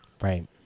Right